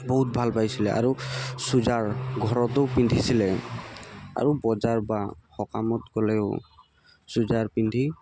বহুত ভাল পাইছিলে আৰু চুৰিদাৰ ঘৰতো পিন্ধিছিলে আৰু বজাৰ বা সকামত গ'লেও চুৰিদাৰ পিন্ধি